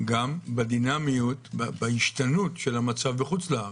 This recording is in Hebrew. גם בדינמיות, בהשתנות של המצב בחוץ לארץ.